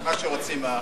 מה שרוצים החברים.